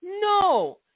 No